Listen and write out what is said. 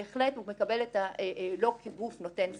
בהחלט הוא מקבל לא כגוף נותן זכות.